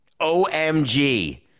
OMG